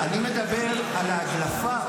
אני מדבר על ההדלפה.